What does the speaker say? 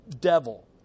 devil